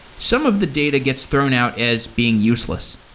some of the data gets thrown out as being useless.